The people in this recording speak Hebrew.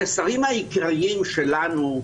המסרים העיקריים שלנו,